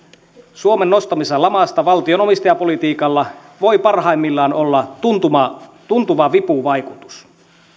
suomen nostamisessa lamasta valtion omistajapolitiikalla voi parhaimmillaan olla tuntuva vipuvaikutus